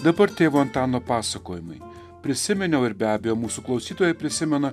dabar tėvo antano pasakojimai prisiminiau ir be abejo mūsų klausytojai prisimena